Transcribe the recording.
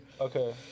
Okay